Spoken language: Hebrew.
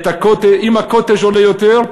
אם הקוטג' עולה יותר,